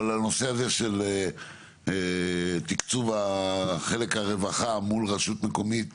אבל הנושא הזה של תקצוב חלק הרווחה מול רשות מקומית